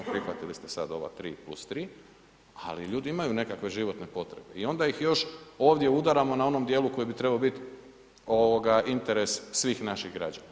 Prihvatili ste sad ova 3 + 3, ali ljudi imaju nekakve životne potrebe i onda ih još ovdje udaramo na onom dijelu koji bi trebao biti interes svih naših građana.